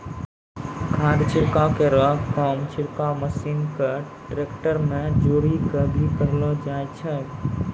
खाद छिड़काव केरो काम छिड़काव मसीन क ट्रेक्टर में जोरी कॅ भी करलो जाय छै